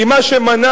כי מה שמנע,